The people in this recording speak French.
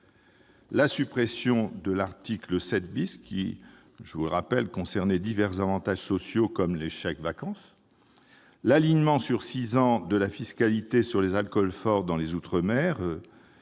la suppression de l'article 7 qui concernait divers avantages sociaux comme les chèques-vacances, l'alignement sur six ans de la fiscalité sur les alcools forts dans les outre-mer,